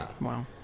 Wow